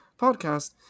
podcast